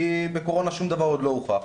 כי בקורונה שום דבר עוד לא הוכח.